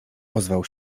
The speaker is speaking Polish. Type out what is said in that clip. ozwał